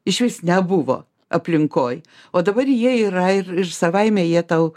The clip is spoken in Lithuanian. išvis nebuvo aplinkoj o dabar jie yra ir ir savaime jie tau